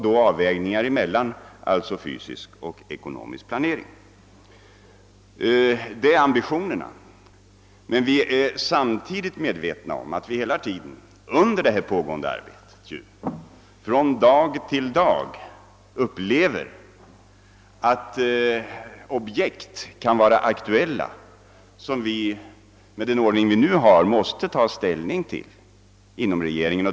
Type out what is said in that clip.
Detta är våra ambitioner. Vi är emellertid samtidigt medvetna om att vi inom regeringen under det pågående arbetet måste ta ställning till vissa aktuella objekt med den ordning vi nu har.